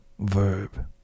Verb